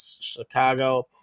Chicago